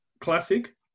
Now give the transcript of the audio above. Classic